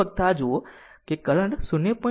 તેથી ફક્ત આ જુઓ કરંટ 0